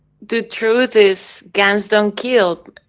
the truth is, guns don't kill,